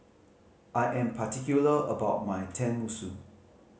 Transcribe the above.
I am particular about my Tenmusu